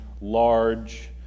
large